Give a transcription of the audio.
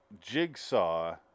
Jigsaw